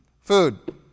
Food